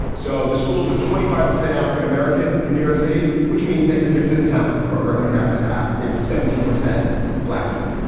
so the schools are twenty five percent african-american in new york city, which means that your gifted and talented program would have to have seventeen percent black kids.